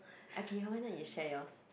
okay why not you share yours